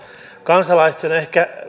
kansalaisten on ehkä